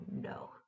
no